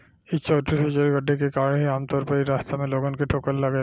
इ छोटे छोटे गड्ढे के कारण ही आमतौर पर इ रास्ता में लोगन के ठोकर लागेला